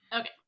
Okay